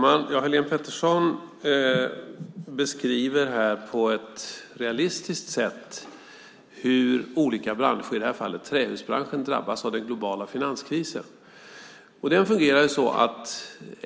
Fru talman! Helene Petersson beskriver på ett realistiskt sätt hur trähusbranschen drabbas av den globala finanskrisen.